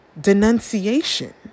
denunciation